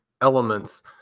elements